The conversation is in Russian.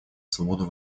свободу